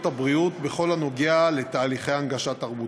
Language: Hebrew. הבריאות בכל הנוגע לתהליכי הנגשה תרבותית.